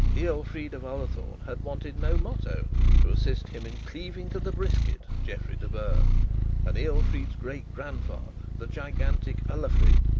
ealfried of ullathorne had wanted no motto to assist him in cleaving to the brisket geoffrey de burgh and ealfried's great grandfather, the gigantic ullafrid,